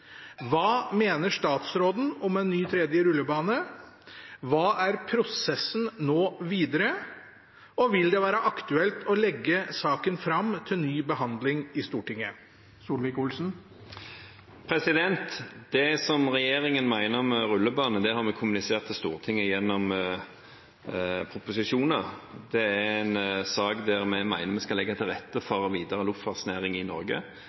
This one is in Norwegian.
Hva mener statsråden om en ny tredje rullebane, hva er prosessen nå videre, og vil det være aktuelt å legge saken fram til ny behandling i Stortinget?» Det regjeringen mener om rullebane, har vi kommunisert til Stortinget gjennom proposisjoner. Det er en sak der vi mener vi skal legge til rette for videre luftfartsnæring i Norge.